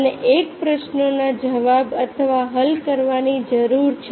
અને એક પ્રશ્નનો જવાબ અથવા હલ કરવાની જરૂર છે